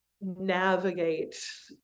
navigate